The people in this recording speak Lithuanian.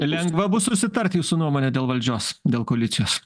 lengva bus susitart jūsų nuomone dėl valdžios dėl koalicijos